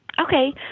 Okay